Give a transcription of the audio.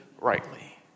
rightly